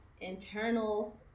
internal